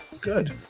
good